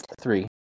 Three